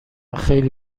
خیلی